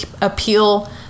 appeal